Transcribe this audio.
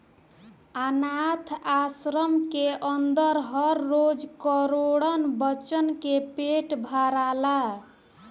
आनाथ आश्रम के अन्दर हर रोज करोड़न बच्चन के पेट भराला